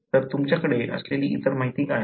तर तुमच्याकडे असलेली इतर माहिती काय आहे